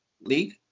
League